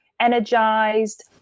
energized